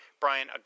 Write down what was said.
Brian